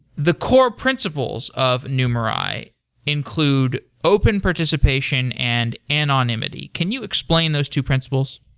the core principles of numerai include open participation and anonymity. can you explain those two principles?